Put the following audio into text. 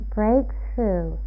breakthrough